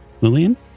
Lillian